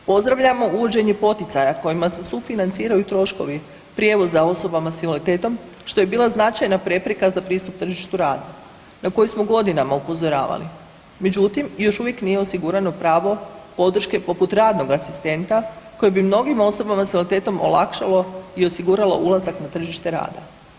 Pozdravljamo uvođenje poticaja kojima se sufinanciraju troškovi prijevoza osobama s invaliditetom, što je bila značajna prepreka za pristup tržištu rada na koji smo godinama upozoravali međutim, još nije osigurano pravo podrške poput radnog asistenta koji bi mnogim osobama s invaliditetom olakšalo i osiguralo ulazak na tržište rada.